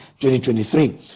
2023